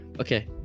Okay